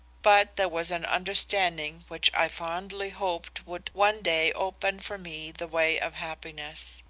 but there was an understanding which i fondly hoped would one day open for me the way of happiness.